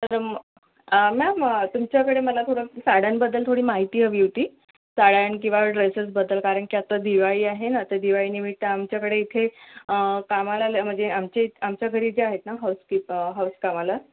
तर मॅम तुमच्याकडे मला थोडं साड्यांबद्दल थोडी माहिती हवी होती साड्या किंवा ड्रेसेसबद्दल कारण की आत्ता दिवाळी आहे ना तर दिवाळीनिमित्त आमच्याकडे इथे कामाला म्हणजे आमच्या इथं आमच्या घरी ज्या आहेत ना हाऊस कीप हाऊस कामाला